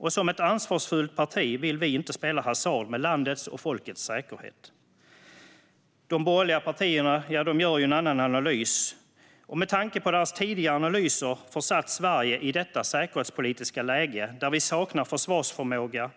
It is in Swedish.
Och som ett ansvarsfullt parti vill vi inte spela hasard med landets och folkets säkerhet. De borgerliga partierna gör en annan analys. Med tanke på att deras tidigare analyser försatt Sverige i detta säkerhetspolitiska läge, där vi saknar försvarsförmåga,